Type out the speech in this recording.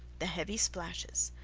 the heavy splashes,